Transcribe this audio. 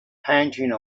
panting